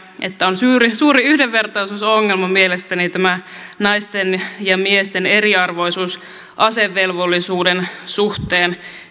että on suuri suuri yhdenvertaisuusongelma mielestäni tämä naisten ja miesten eriarvoisuus asevelvollisuuden suhteen